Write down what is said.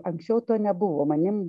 anksčiau to nebuvo manim